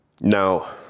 now